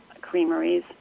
creameries